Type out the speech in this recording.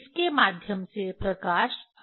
इसके माध्यम से प्रकाश आ रहा है